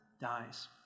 dies